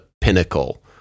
pinnacle